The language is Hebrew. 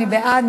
מי בעד?